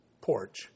porch